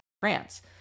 France